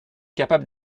capable